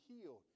healed